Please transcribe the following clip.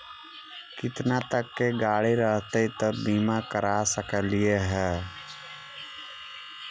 केतना तक के गाड़ी रहतै त बिमा करबा सकली हे?